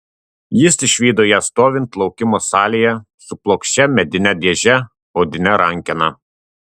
jis išvydo ją stovint laukimo salėje su plokščia medine dėže odine rankena